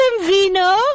Vino